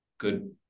good